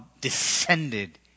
descended